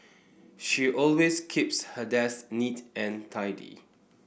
she always keeps her desk neat and tidy